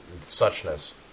suchness